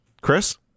Chris